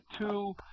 two